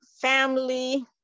family